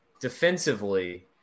defensively